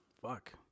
Fuck